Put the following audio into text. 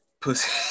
pussy